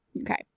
Okay